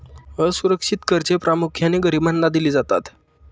असुरक्षित कर्जे प्रामुख्याने गरिबांना दिली जातात